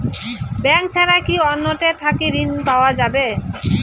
Bank ছাড়া কি অন্য টে থাকি ঋণ পাওয়া যাবে?